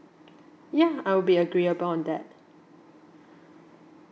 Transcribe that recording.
yeah I'll be agreeable on that